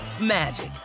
magic